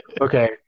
Okay